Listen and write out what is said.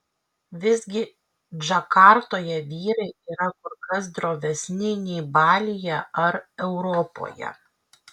visgi džakartoje vyrai yra kur kas drovesni nei balyje ar europoje